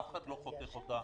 אף אחד לא חותך אותה.